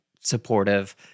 supportive